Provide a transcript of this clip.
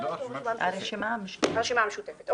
הרשימה המשותפת.